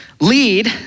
lead